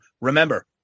Remember